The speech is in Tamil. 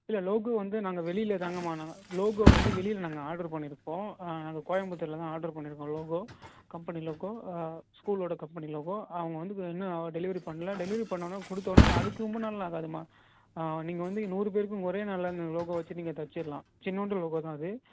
இல்லை லோகோ வந்து நாங்கள் வெளியில் தாங்கமா நாங்கள் லோகோ வந்து வெளியில் நாங்கள் ஆட்ரு பண்ணியிருக்கோம் அங்கே கோயம்பத்தூரில் தான் ஆட்ரு பண்ணியிருக்கோம் லோகோ கம்பெனி லோகோ ஸ்கூலோடய கம்பெனி லோகோ அவங்க வந்து இன்னும் டெலிவெரி பண்லை டெலிவெரி பண்ணிணவொன்னே கொடுத்தவொன்னே அதுக்கு ரொம்ப நாள் ஆகாதுமா நீங்கள் வந்து நூறு பேருக்கும் ஒரே நாளில் அந்த லோகோ வச்சு நீங்கள் தச்சுட்லாம் சின்னோண்டு லோகோ தான் அது